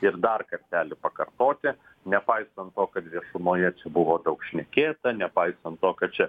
ir dar kartelį pakartoti nepaisant to kad viešumoje buvo daug šnekėta nepaisant to kad čia